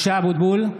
(קורא בשמות חברי הכנסת) משה אבוטבול,